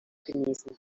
genießen